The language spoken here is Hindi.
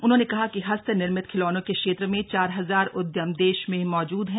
उन्होंने कहा कि हस्त निर्मित खिलौने के क्षेत्र में चार हजार उद्यम देश में मौजूद हैं